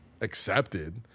Accepted